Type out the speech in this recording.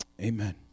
Amen